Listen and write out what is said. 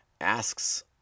asks